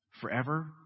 forever